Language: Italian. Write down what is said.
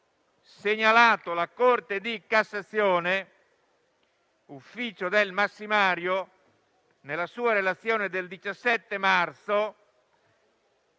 segnalato la Corte di cassazione, ufficio del massimario, nella sua relazione del 17 marzo,